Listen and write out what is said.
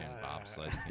bobsled